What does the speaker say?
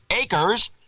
acres